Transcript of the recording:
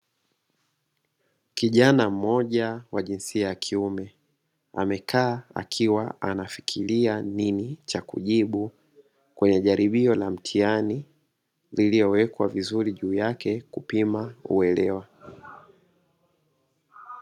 Kijana mmoja wa jinsia ya kiume, amekaa akiwa anafikiria nini cha kujibu kwenye jaribio la mtihani liliyowekwa vizuri juu yake kupima uelewa.